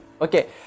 okay